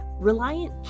Reliant